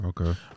Okay